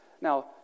Now